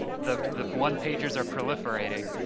the the one-pagers are proliferating,